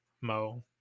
Mo